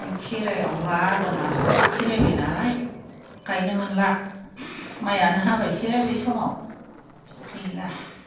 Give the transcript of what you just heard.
ओमफ्राय खेराइआवबा आगोन मासावसो खेराइबाय नालाय गायनो मोनला माइआनो हाबायसो बे समाव गैला